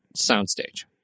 soundstage